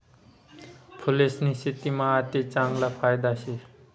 फूलेस्नी शेतीमा आते चांगला फायदा शे